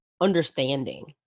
understanding